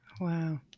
Wow